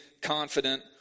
confident